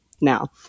now